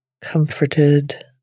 comforted